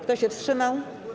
Kto się wstrzymał?